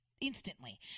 Instantly